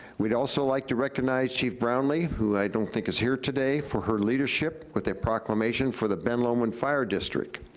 we'd also like to recognize chief brownley, who i don't think is here today, for her leadership with a proclamation for the ben lomond fire district.